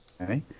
Okay